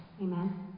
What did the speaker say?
Amen